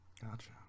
Gotcha